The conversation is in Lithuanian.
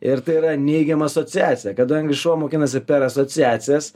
ir tai yra neigiama asociacija kadangi šuo mokinasi per asociacijas